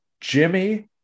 Jimmy